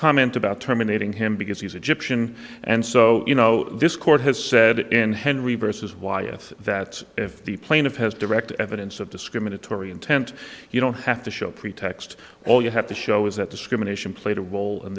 comment about terminating him because he's egyptian and so you know this court has said in henry versus why if that if the plaintiff has direct evidence of discriminatory intent you don't have to show pretext all you have to show is that discrimination played a role in